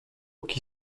qui